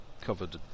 covered